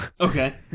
okay